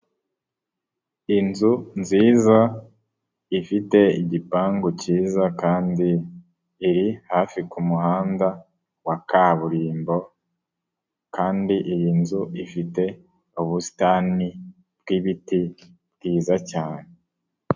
Inzu nziza ifite igipangu cyiza kandi iri hafi ku muhanda wa kaburimbo kandi iyi nzu ifite ubusitani bw'ibiti bwiza cyane.